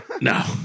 No